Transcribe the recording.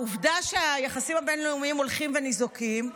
העובדה שהיחסים הבין-לאומיים הולכים וניזוקים,